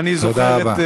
ואני זוכר את